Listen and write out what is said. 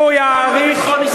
לא עשיתם עשירית לביטחון ישראל.